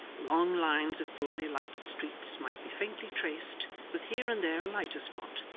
long lines of poorly lighted streets might be faintly traced, with here and there a lighter spot,